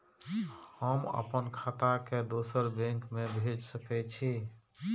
हम आपन खाता के दोसर बैंक में भेज सके छी?